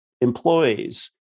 employees